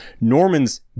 Normans